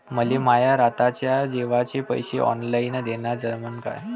मले माये रातच्या जेवाचे पैसे ऑनलाईन देणं जमन का?